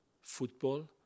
football